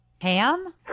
Ham